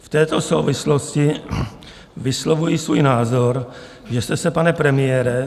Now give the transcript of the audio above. V této souvislosti vyslovuji svůj názor, že jste se, pane premiére...